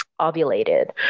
ovulated